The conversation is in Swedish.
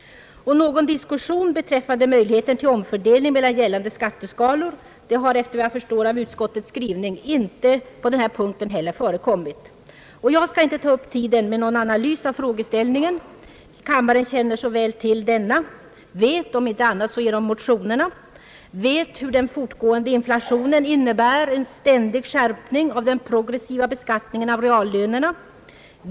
Någon diskussion beträffande möjligheten till omfördelning mellan gällande skatteskalor har efter vad jag förstår av utskottets skrivning på den här punkten — inte förekommit. Jag skall inte ta upp tiden med någon analys av frågeställningen. Kammaren känner så väl till denna. Kammaren vet — om inte på annat sätt så genom motionerna — hur den fortgående inflationen innebär en ständig skärpning av den progressiva beskattningen av reallönerna.